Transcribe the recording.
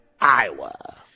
Iowa